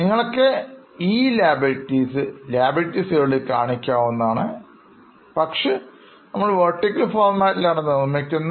നിങ്ങൾക്ക് ഈ Liabilities Liability side ൽ കാണിക്കാവുന്ന താണ് പക്ഷേ നമ്മൾ Vertical ഫോർമാറ്റിലാണ് നിർമ്മിക്കുന്നത്